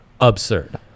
Absurd